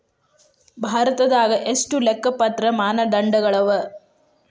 ಭಾರತದಾಗ ಎಷ್ಟ ಲೆಕ್ಕಪತ್ರ ಮಾನದಂಡಗಳವ?